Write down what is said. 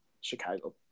Chicago